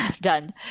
done